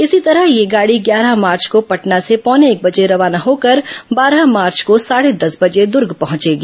इसी तरह यह गाड़ी ग्यारह मार्च को पटना से पौने एक बजे रवाना होकर बारह मार्च को साढ़े दस बजे दूर्ग पहुंचेगी